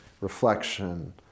reflection